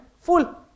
full